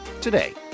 today